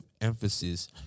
emphasis